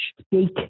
speak